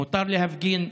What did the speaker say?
מותר להפגין.